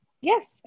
Yes